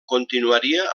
continuaria